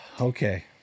okay